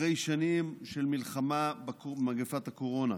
אחרי שנים של מלחמה במגפת הקורונה,